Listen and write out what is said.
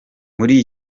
muri